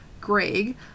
Greg